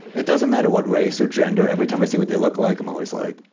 it doesn't matter what race or gender. every time i see what they look like, i'm always like,